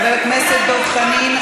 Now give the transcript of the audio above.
חבר הכנסת דב חנין,